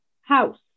house